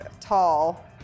tall